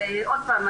אז עוד פעם,